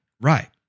Right